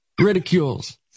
ridicules